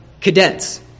cadets